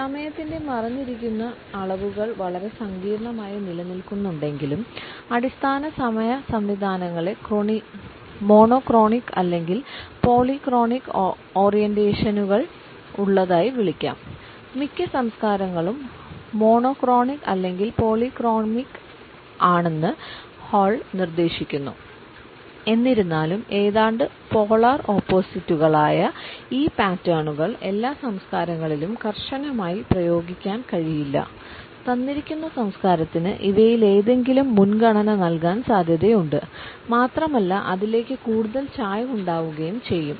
സമയത്തിന്റെ മറഞ്ഞിരിക്കുന്ന അളവുകൾ വളരെ സങ്കീർണ്ണമായി നിലനിൽക്കുന്നുണ്ടെങ്കിലും അടിസ്ഥാന സമയ സംവിധാനങ്ങളെ മോണോക്രോണിക് ഈ പാറ്റേണുകൾ എല്ലാ സംസ്കാരങ്ങളിലും കർശനമായി പ്രയോഗിക്കാൻ കഴിയില്ല തന്നിരിക്കുന്ന സംസ്കാരത്തിന് ഇവയിലേതെങ്കിലും മുൻഗണന നൽകാൻ സാധ്യതയുണ്ട് മാത്രമല്ല അതിലേക്ക് കൂടുതൽ ചായ്വുണ്ടാകുകയും ചെയ്യും